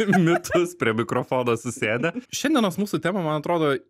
mitus prie mikrofono susėdę šiandienos mūsų temą man atrodo